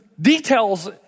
details